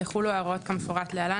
יחולו ההוראות כמפורט להלן,